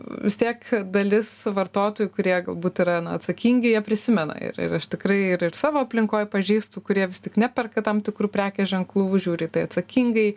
vis tiek dalis vartotojų kurie galbūt yra na atsakingi jie prisimena ir ir aš tikrai ir savo aplinkoj pažįstu kurie vis tik neperka tam tikrų prekės ženklų žiūri į tai atsakingai